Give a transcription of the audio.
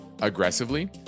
aggressively